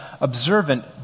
observant